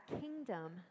kingdom